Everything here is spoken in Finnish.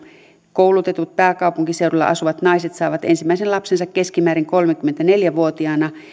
koulutetut pääkaupunkiseudulla asuvat naiset saavat ensimmäisen lapsensa keskimäärin kolmekymmentäneljä vuotiaana